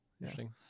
Interesting